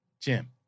jim